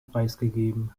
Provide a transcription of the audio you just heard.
preisgegeben